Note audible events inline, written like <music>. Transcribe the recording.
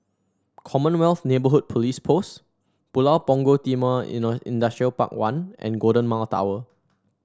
Commonwealth Neighbourhood Police Post Pulau Punggol Timor <unintelligible> Industrial Park One and Golden Mile Tower